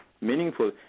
meaningful